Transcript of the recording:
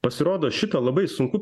pasirodo šitą labai sunku